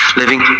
living